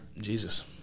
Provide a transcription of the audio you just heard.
Jesus